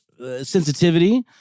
sensitivity